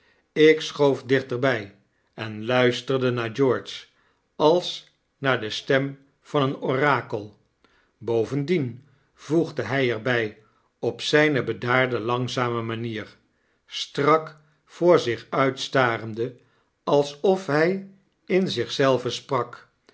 ik schoof dichterby en luisterde naar george als naar de stem van een orakel bovendien voegde hy er by op zyne bedaarde langzame manier strak voor zich uit starende alsof hy in zich zelven sprak